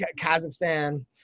Kazakhstan